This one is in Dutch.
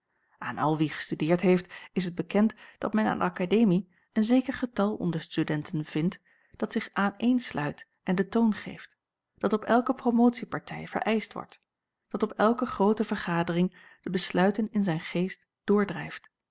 aan al wie gestudeerd heeft is het bekend dat men aan de akademie een zeker getal onder de studenten vindt dat zich aan een sluit en den toon geeft dat op elke promotiepartij vereischt wordt dat op elke groote vergadering de besluiten in zijn geest